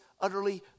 utterly